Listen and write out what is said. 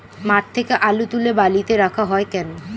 মাঠ থেকে আলু তুলে বালিতে রাখা হয় কেন?